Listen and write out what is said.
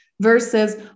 versus